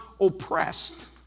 oppressed